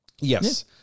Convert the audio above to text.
yes